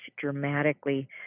dramatically